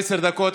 עד עשר דקות,